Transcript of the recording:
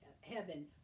heaven